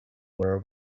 were